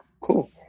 Cool